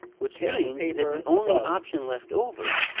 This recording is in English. which means that the only option left over,